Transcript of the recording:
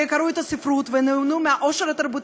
יצאנו לדרך,